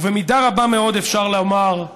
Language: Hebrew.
ובמידה רבה מאוד אפשר לומר: